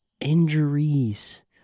injuries